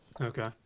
Okay